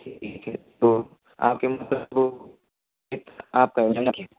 ठीक है तो आपके वह आपका